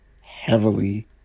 heavily